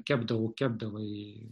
kepdavau kepdavai